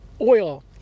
oil